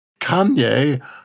Kanye